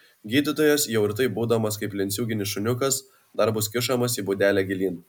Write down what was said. gydytojas jau ir taip būdamas kaip lenciūginis šuniukas dar bus kišamas į būdelę gilyn